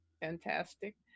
fantastic